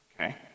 Okay